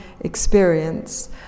experience